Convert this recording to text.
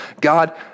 God